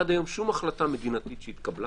עד היום שום החלטה מדינתית שהתקבלה